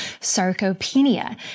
sarcopenia